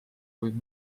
võib